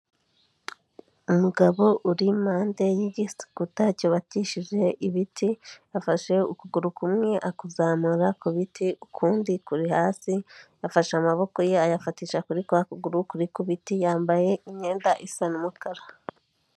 Umugabo uri impande y'igikuta cyubakishije ibiti, afashe ukuguru kumwe akuzamura ku biti ukundi kuri hasi, afashe amaboko ye ayafatisha kuri kwa kuguru kuri ku biti yambaye imyenda isa n'umukara.